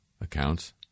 accounts